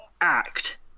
act